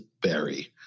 berry